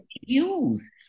use